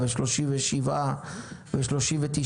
37% ו-39%,